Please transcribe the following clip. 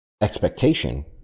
expectation